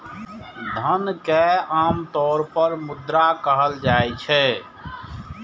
धन कें आम तौर पर मुद्रा कहल जाइ छै